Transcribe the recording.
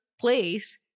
place